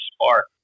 spark